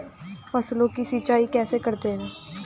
फसलों की सिंचाई कैसे करते हैं?